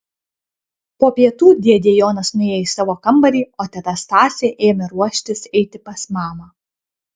po pietų dėdė jonas nuėjo į savo kambarį o teta stasė ėmė ruoštis eiti pas mamą